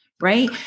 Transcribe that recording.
right